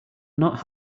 not